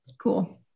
Cool